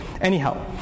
Anyhow